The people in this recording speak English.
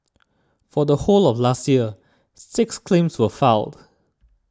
for the whole of last year six claims were filed